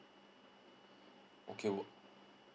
okay